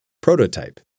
prototype